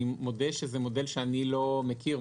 אני מודה שזה מודל שאני לא מכיר,